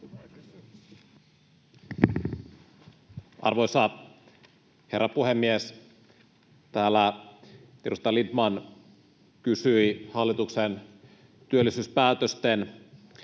Arvoisa herra puhemies! Täällä edustaja Lindtman kysyi hallituksen työllisyyspäätösten